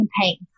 campaign